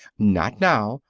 not now!